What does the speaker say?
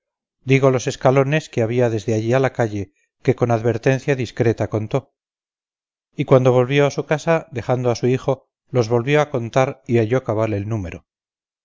sospechas los escalones que ella había contado cuando la sacaron del aposento tapados los ojos digo los escalones que había desde allí a la calle que con advertencia discreta contó y cuando volvió a su casa dejando a su hijo los volvió a contar y halló cabal el número